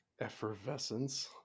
Effervescence